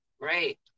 right